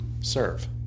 serve